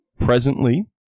Presently